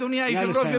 אדוני היושב-ראש,